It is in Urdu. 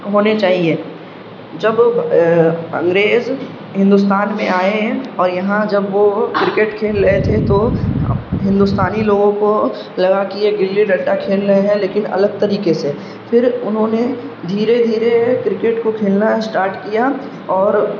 ہونے چاہیے جب انگریز ہندوستان میں آئے ہیں اور یہاں جب وہ کرکٹ کھیل رہے تھے تو ہندوستانی لوگوں کو لگا کہ یہ گلی ڈنڈا کھیل رہے ہیں لیکن الگ طریقے سے پھر انہوں نے دھیرے دھیرے کرکٹ کو کھیلنا اسٹارٹ کیا اور